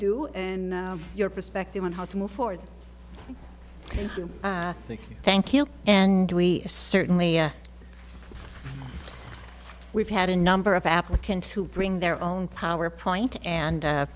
do and your perspective on how to move forward thank you and we certainly we've had a number of applicants who bring their own power point and